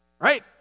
Right